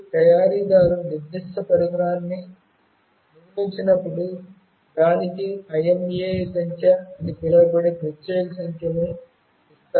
తయారీదారు నిర్దిష్ట పరికరాన్ని నిర్మించినప్పుడు దానికి IMEI సంఖ్య అని పిలువబడే ప్రత్యేక సంఖ్యను ఇస్తారు